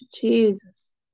Jesus